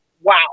wow